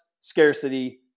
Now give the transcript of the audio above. scarcity